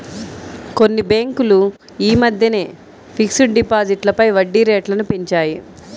కొన్ని బ్యేంకులు యీ మద్దెనే ఫిక్స్డ్ డిపాజిట్లపై వడ్డీరేట్లను పెంచాయి